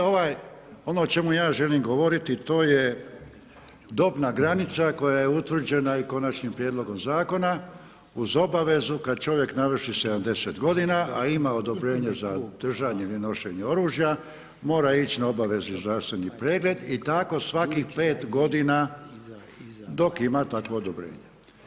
E ovaj, ono o čemu ja želim govoriti to je dobna granica koje je utvrđena i Konačnim prijedlogom zakona uz obavezu kad čovjek navrši 70 godina, a ima odobrenje za držanje ili nošenje oružja mora ići na obavezni zdravstveni pregled i tako svakih 5 godina dok ima takvo odobrenje.